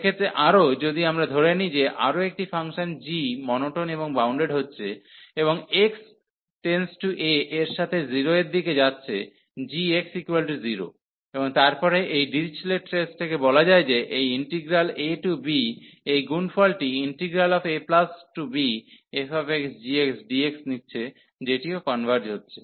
সেক্ষেত্রে আরও যদি আমরা ধরে নিই যে আরও একটি ফাংশন g মোনোটোন এবং বাউন্ডেড হচ্ছে এবং x→a এর সাথে 0 এর দিকে যাচ্ছে gx0 এবং তারপরে এই ডিরিচলেট টেস্ট থেকে বলা যায় যে এই ইন্টিগ্রাল a টু b এই গুণফলটি abfxgxdx নিচ্ছে যেটিও কনভার্জ হচ্ছে